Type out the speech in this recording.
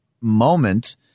moment